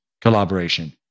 collaboration